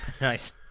Nice